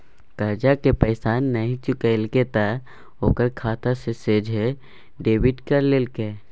करजाक पैसा नहि चुकेलके त ओकर खाता सँ सोझे डेबिट कए लेलकै